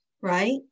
right